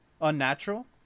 unnatural